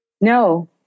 No